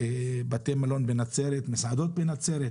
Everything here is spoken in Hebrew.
בתי מלון בנצרת, מסעדות בנצרת,